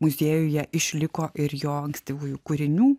muziejuje išliko ir jo ankstyvųjų kūrinių